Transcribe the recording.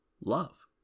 love